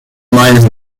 mines